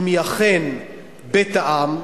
אם היא אכן בית העם,